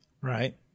Right